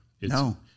No